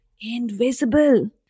invisible